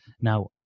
Now